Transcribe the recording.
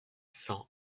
cent